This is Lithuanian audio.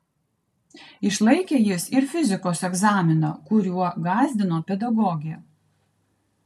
išlaikė jis ir fizikos egzaminą kuriuo gąsdino pedagogė